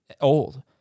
old